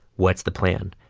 what's the plan?